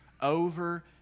over